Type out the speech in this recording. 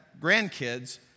grandkids